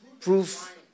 Proof